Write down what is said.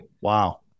Wow